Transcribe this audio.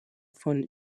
von